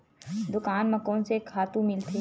दुकान म कोन से खातु मिलथे?